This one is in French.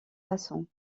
façon